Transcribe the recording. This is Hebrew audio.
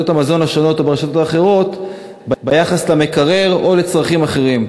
המזון השונות וברשתות האחרות ביחס למקרר או לצרכים אחרים.